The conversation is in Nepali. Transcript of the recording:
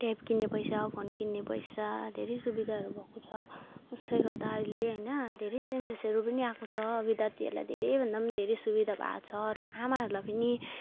ट्याब किन्ने पैसा फोन किन्ने पैसा धेरै सुविधाहरू दिएको छ उसले गर्दा अहिले हैन धेरै चेन्जेसहरू पनि आएको छ विद्यार्थीहरूलाई धेरैभन्दा पनि धेरै सुविधा भएकोछ र आमाहरूलाई पनि